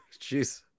Jeez